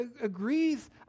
agrees